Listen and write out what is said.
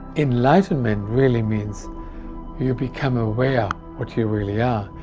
enlightenment really means you become aware what you really are,